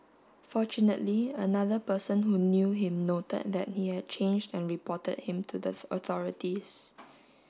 fortunately another person who knew him noted that he had changed and reported him to the authorities